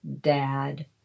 dad